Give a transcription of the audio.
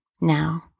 Now